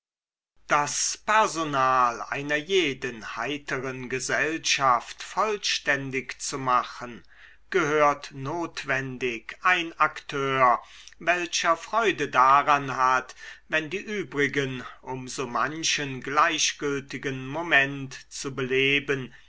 das personal einer jeden heiteren gesellschaft vollständig zu machen gehört notwendig ein akteur welcher freude daran hat wenn die übrigen um so manchen gleichgültigen moment zu beleben